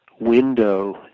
window